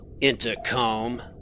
intercom